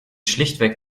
schlichtweg